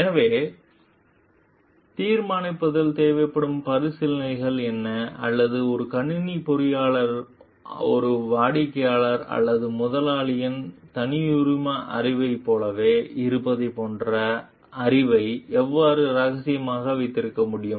எனவே தீர்மானிப்பதில் தேவைப்படும் பரிசீலனைகள் என்ன அல்லது ஒரு கணினி பொறியியலாளர் ஒரு வாடிக்கையாளர் அல்லது முதலாளியின் தனியுரிம அறிவைப் போலவே இருப்பதைப் போன்ற அறிவை எவ்வாறு ரகசியமாக வைத்திருக்க முடியும்